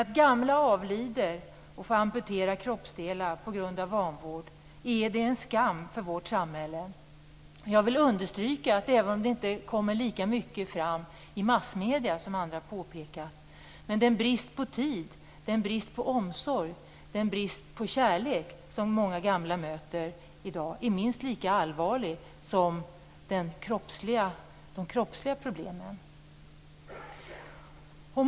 Att gamla avlider och får kroppsdelar amputerade på grund av vanvård är en skam för vårt samhälle. Även om det inte kommer fram lika mycket i massmedierna, som andra påpekat, vill jag understryka att den brist på tid, omsorg och kärlek som många gamla möter i dag är minst lika allvarlig som de kroppsliga problemen.